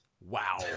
Wow